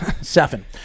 Seven